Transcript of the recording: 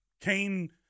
Kane